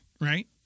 right